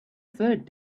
third